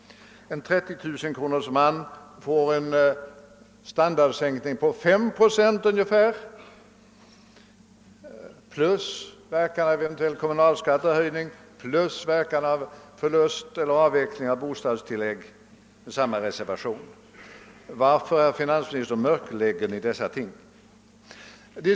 En 30 000-kronors-man får en standardsänkning på ungefär 5 procent plus verkan av eventuell kommunalskattehöjning plus verkan av förlust eller avveckling av bostadstillägg, med samma reservation beträffande utgifterna. Varför mörklägger Ni dessa ting, herr finansminister?